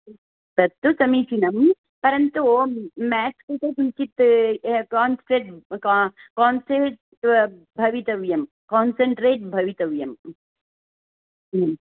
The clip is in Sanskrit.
तत्तु समीचीनं परन्तु मेत्स् कृते किञ्चित् कोन्सेट् कोन्सेट् भवितव्यं कोन्सण्ट्रेट् भवितव्यं